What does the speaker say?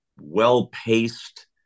well-paced